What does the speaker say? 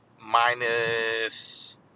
minus